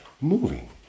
Moving